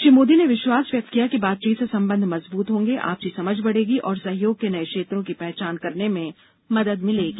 श्री मोदी ने विश्वास व्यक्त किया कि बातचीत से संबंध मज़बूत होंगे आपसी समझ बढ़ेगी और सहयोग के नए क्षेत्रों की पहचान करने में मदद मिलेगी